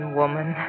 woman